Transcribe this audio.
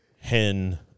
hen